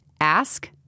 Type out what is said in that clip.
ask